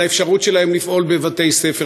על האפשרות שלהם לפעול בבתי-ספר,